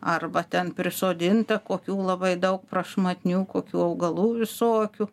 arba ten prisodinta kokių labai daug prašmatnių kokių augalų visokių